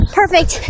perfect